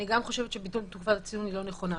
אני חושבת שביטול תקופת הצינון לא נכונה,